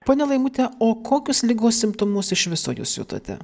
ponia laimute o kokius ligos simptomus iš viso jūs jutote